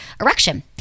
erection